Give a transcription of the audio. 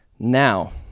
Now